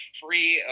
free